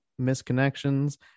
misconnections